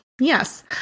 yes